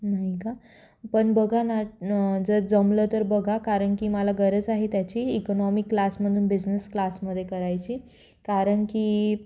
नाही का पण बघा ना न जर जमलं तर बघा कारण की मला गरज आहे त्याची इकनॉमी क्लासमधून बिझनेस क्लासमध्ये करायची कारण की